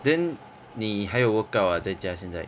then 你还有 workout ah 在家现在